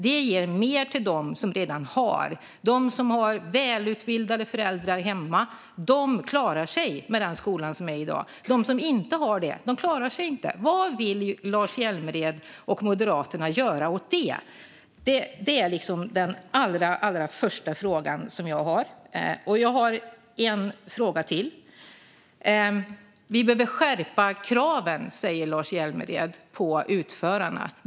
Det ger mer till dem som redan har. De som har välutbildade föräldrar hemma klarar sig med den skola vi har i dag. De som inte har det klarar sig inte. Vad vill Lars Hjälmered och Moderaterna göra åt det? Det är den första fråga jag har. Jag har en fråga till. Vi behöver skärpa kraven på utförarna, säger Lars Hjälmered.